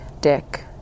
Dick